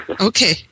Okay